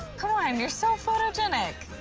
come on, you're so photogenic.